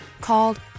called